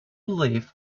live